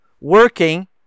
working